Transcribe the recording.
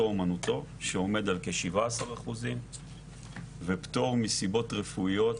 אומנותו" שעומד על 17% ופטור מסיבות רפואיות